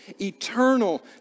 eternal